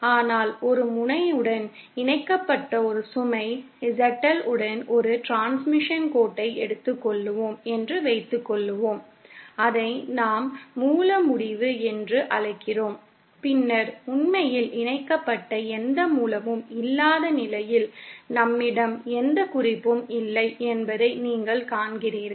ஆனால் ஒரு முனையுடன் இணைக்கப்பட்ட ஒரு சுமை ZL உடன் ஒரு டிரான்ஸ்மிஷன் கோட்டை எடுத்துக்கொள்வோம் என்று வைத்துக்கொள்வோம் அதை நாம் மூல முடிவு என்று அழைக்கிறோம் பின்னர் உண்மையில் இணைக்கப்பட்ட எந்த மூலமும் இல்லாத நிலையில் நம்மிடம் எந்த குறிப்பும் இல்லை என்பதை நீங்கள் காண்கிறீர்கள்